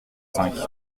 cinq